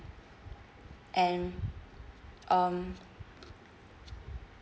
and um